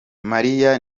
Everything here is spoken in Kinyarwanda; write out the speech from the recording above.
mariya